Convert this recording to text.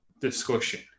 discussion